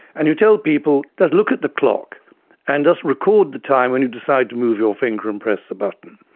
and you tell people just look at the clock and just record the time when you decide to move your finger and press the button.